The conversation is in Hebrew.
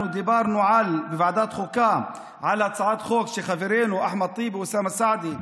אנחנו דיברנו בוועדת החוקה על הצעת חוק שחברינו אחמד טיבי ואוסאמה סעדי,